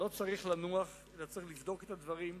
לא צריך לנוח, צריך לבדוק את הדברים.